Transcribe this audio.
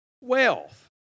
wealth